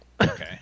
Okay